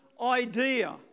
idea